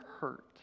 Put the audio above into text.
hurt